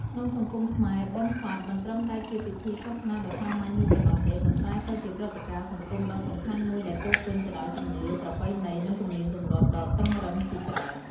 ក្នុងសង្គមខ្មែរ បុណ្យសពមិនត្រឹមតែជាពិធីសាសនាដ៏សាមញ្ញមួយប៉ុណ្ណោះទេ ប៉ុន្តែក៏ជាព្រឹត្តិការណ៍សង្គមដ៏សំខាន់មួយ ដែលពោរពេញទៅដោយជំនឿ ប្រពៃណី និងទំនៀមទម្លាប់ដ៏តឹងរ៉ឹងជាច្រើន។